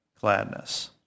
gladness